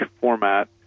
format